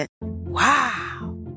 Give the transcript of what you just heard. wow